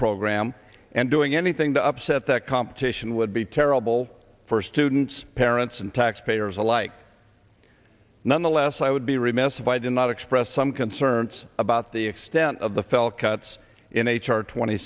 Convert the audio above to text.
program and doing anything to upset that competition would be terrible for students parents and taxpayers alike nonetheless i would be remiss if i did not express some concerns about the extent of the fell cuts in h r twenty